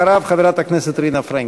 אחריו, חברת הכנסת רינה פרנקל.